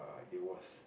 it was